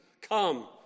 Come